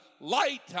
light